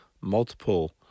multiple